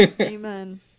Amen